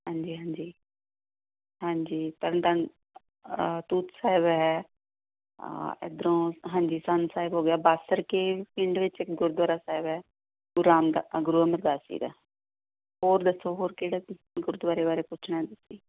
ਹਾਂਜੀ ਹਾਂਜੀ ਹਾਂਜੀ ਤਰਨਤਾਰਨ ਤੂਤ ਸਾਹਿਬ ਹੈ ਇੱਧਰੋਂ ਹਾਂਜੀ ਸੰਨ ਸਾਹਿਬ ਹੋ ਗਿਆ ਬਾਸਰਕੇ ਪਿੰਡ ਵਿੱਚ ਇੱਕ ਗੁਰਦੁਆਰਾ ਸਾਹਿਬ ਹੈ ਗੁਰੂ ਰਾਮਦਾਸ ਗੁਰੂ ਅਮਰਦਾਸ ਜੀ ਦਾ ਹੋਰ ਦੱਸੋ ਹੋਰ ਕਿਹੜੇ ਗੁਰਦੁਆਰੇ ਬਾਰੇ ਪੁੱਛਣਾ ਤੁਸੀਂ